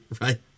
right